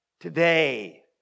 today